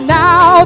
now